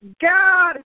God